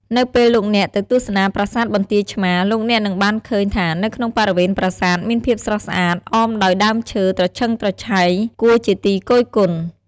នៅពេលលោកអ្នកទៅទស្សនាប្រាសាទបន្ទាយឆ្មារ លោកអ្នកនឹងបានឃើញថានៅក្នុងបរិវេណប្រាសាទ មានភាពស្រស់ស្អាត អមដោយដើមឈើត្រឈឹងត្រឈៃ គួរជាទីគយគន់។